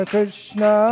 Krishna